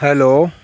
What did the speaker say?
hello